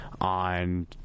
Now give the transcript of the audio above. On